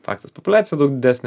faktas populiacija daug didesnė